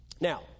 Now